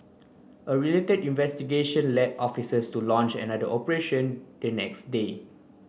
a related investigation led officers to launch another operation the next day